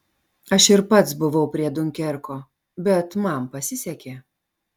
aš ir pats buvau prie diunkerko bet man pasisekė